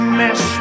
mess